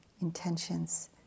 intentions